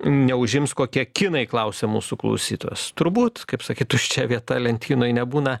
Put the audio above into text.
neužims kokie kinai klausia mūsų klausytojas turbūt kaip sakyt tuščia vieta lentynoj nebūna